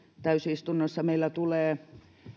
täysistunnossa meillä tulee